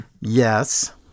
Yes